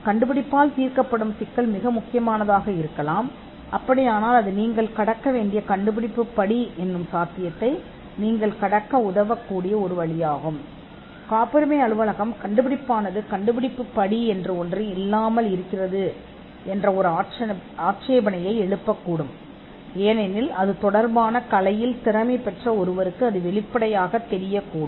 எனவே கண்டுபிடிப்பு தீர்க்கும் சிக்கல் முக்கியமானதாக இருக்கலாம் ஏனென்றால் இது ஒரு சாத்தியமான கண்டுபிடிப்பு படி ஆட்சேபனையை நீங்கள் பெறக்கூடிய ஒரு வழியாகும் காப்புரிமை அலுவலகம் கண்டுபிடிப்புக்கு ஒரு கண்டுபிடிப்பு படி இல்லை என்று எழுப்பக்கூடும் ஏனெனில் இது திறமையான ஒருவருக்கு தெளிவாகத் தெரிகிறது கலை